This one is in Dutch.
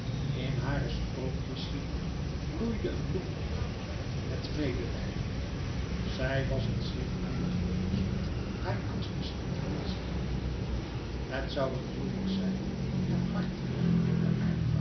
in hare sprookjesziel bloeide een bloem het medelijden zij was het zich weinig bewust haar angst was intuïtie het zoû wel moeilijk zijn en hard